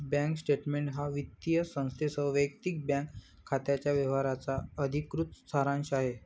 bank statement हा वित्तीय संस्थेसह वैयक्तिक बँक खात्याच्या व्यवहारांचा अधिकृत सारांश आहे